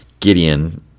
Gideon